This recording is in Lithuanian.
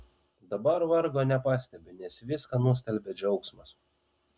dabar vargo nepastebiu nes viską nustelbia džiaugsmas